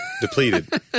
Depleted